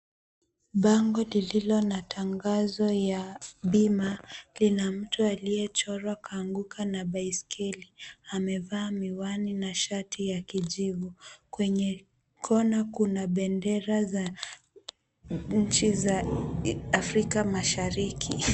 Bango lililo na tangazo ya bima ni la mtu aliyechorwa akaanguka na baiskeli. Amevaa miwani na shati ya kijivu. Kwenye kona kuna bendera za nchi za Afrika Mashariki.